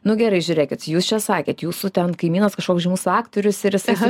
nu gerai žiūrėkit jūs čia sakėt jūsų ten kaimynas kažkoks žymus aktorius ir jisai